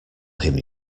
him